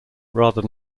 rather